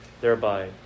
thereby